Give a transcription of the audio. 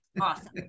Awesome